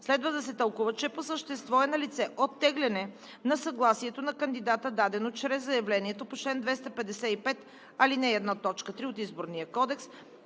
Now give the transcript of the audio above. следва да се тълкува, че по същество е налице оттегляне на съгласието на кандидата, дадено чрез заявлението по чл. 255, ал. 1, т. 3 от Изборния кодекс.